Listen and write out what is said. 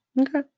okay